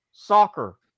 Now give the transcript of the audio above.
Soccer